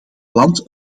land